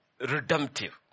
redemptive